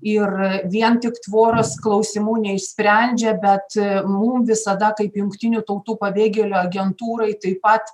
ir vien tik tvoros klausimų neišsprendžia bet mum visada kaip jungtinių tautų pabėgėlių agentūrai taip pat